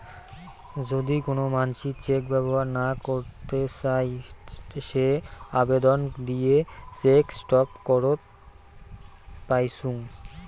যদি কোন মানসি চেক ব্যবহর না করত চাই সে আবেদন দিয়ে চেক স্টপ করত পাইচুঙ